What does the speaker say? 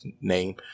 name